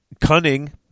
cunning